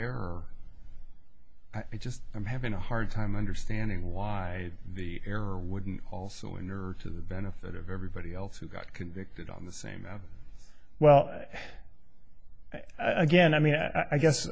error i just i'm having a hard time understanding why the error wouldn't also in your to the benefit of everybody else who got convicted on the same that well again i mean i guess